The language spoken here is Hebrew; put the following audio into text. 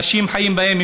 אנשים חיים בהם,